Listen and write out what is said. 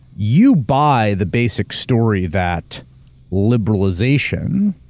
you buy the basic story that liberalization,